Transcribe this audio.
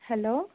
hello